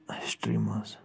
history منٛز